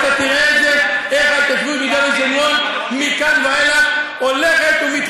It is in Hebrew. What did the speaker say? ותראה איך ההתיישבות ביהודה ושומרון הולכת מכאן ואילך ומתחזקת,